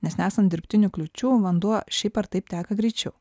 nes nesant dirbtinių kliūčių vanduo šiaip ar taip teka greičiau